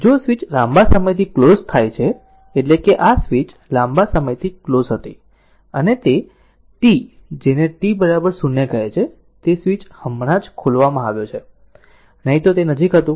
જો સ્વીચ લાંબા સમયથી ક્લોઝ થાય છે એટલે કે આ સ્વીચ લાંબા સમયથી ક્લોઝ હતી અને તે t જેને t 0 કહે છે તે સ્વીચ હમણાં જ ખોલવામાં આવ્યો છે નહીં તો તે નજીક હતું